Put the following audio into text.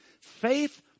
Faith